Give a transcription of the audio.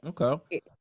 Okay